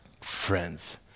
Friends